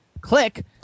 click